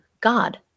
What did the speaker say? God